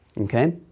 Okay